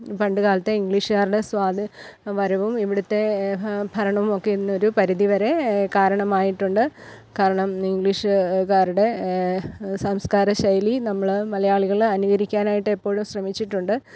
പണ്ടുകാലത്തെ ഇംഗ്ലീഷുകാരുടെ സ്വാധീ വരവും ഇവിടുത്തെ ഭരണവുമൊക്കെ ഇതിന് ഒരു പരിധിവരെ കാരണമായിട്ടുണ്ട് കാരണം ഇംഗ്ലീഷു കാരുടെ സംസ്കാരശൈലി നമ്മൾ മലയാളികൾ അനുകരിക്കാനായിട്ട് എപ്പോഴും ശ്രമിച്ചിട്ടുണ്ട്